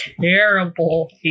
terrible